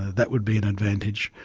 that would be an advantage.